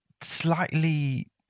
slightly